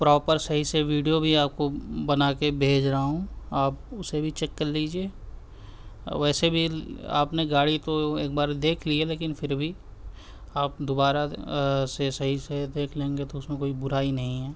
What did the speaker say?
proper صحیح سے video بھی آپ کو بنا کے بھیج رہا ہوں آپ اسے بھی چیک کر لیجیے ویسے بھی آپ نے گاڑی تو ایک بار دیکھ لی ہے لیکن پھر بھی آپ دوبارہ سے صحیح سے دیکھ لیں گے تو اس میں کوئی برائی نہیں ہے